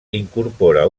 incorpora